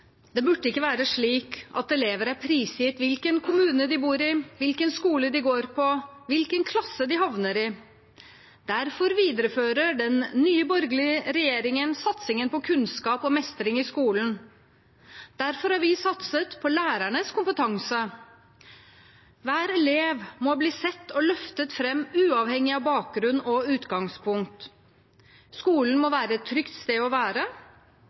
Det burde ikke være slik at elever er prisgitt hvilken kommune de bor i, hvilken skole de går på, hvilken klasse de havner i. Derfor viderefører den nye borgerlige regjeringen satsingen på kunnskap og mestring i skolen. Derfor har vi satset på lærernes kompetanse. Hver elev må bli sett og løftet fram, uavhengig av bakgrunn og utgangspunkt. Skolen må være et trygt sted å være.